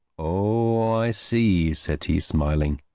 oh, i see, said he, smiling.